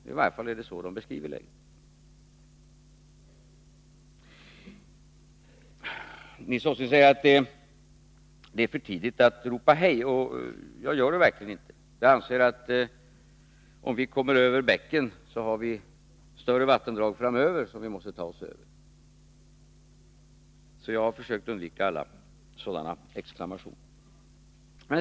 I varje fall är det så man beskriver det. Nils Åsling säger att det är för tidigt att ropa hej, och jag gör verkligen inte det. Jag anser att om vi kommer över bäcken, har vi större vattendrag längre fram som vi måste ta oss över. Så jag har försökt undvika alla sådana exklamationer.